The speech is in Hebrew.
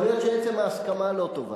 יכול להיות שעצם ההסכמה לא טוב,